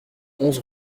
onze